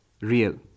real